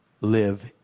live